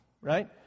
Right